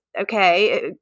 okay